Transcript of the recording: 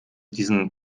diesen